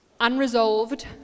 unresolved